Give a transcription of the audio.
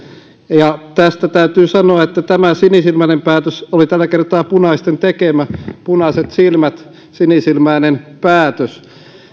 ja tästä täytyy sanoa että tämä sinisilmäinen päätös oli tällä kertaa punaisten tekemä punaiset silmät sinisilmäinen päätös